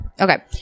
Okay